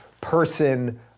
Person